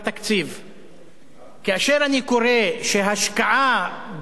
כאשר אני קורא שהשקעה במועצות מקומיות,